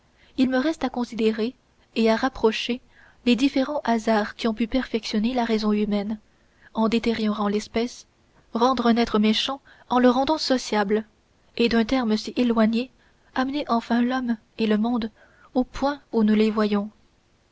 il me reste à considérer et à rapprocher les différents hasards qui ont pu perfectionner la raison humaine en détériorant l'espèce rendre un être méchant en le rendant sociable et d'un terme si éloigné amener enfin l'homme et le monde au point où nous les voyons